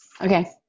Okay